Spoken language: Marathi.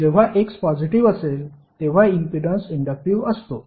जेव्हा X पॉजिटीव्ह असेल तेव्हा इम्पीडन्स इंडक्टिव्ह असतो